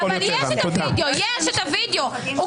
אבל יש את הווידאו, יש את הווידאו.